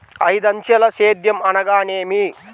ఐదంచెల సేద్యం అనగా నేమి?